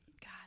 God